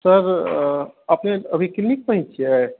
sir अपने अभी clinic पर ही छियै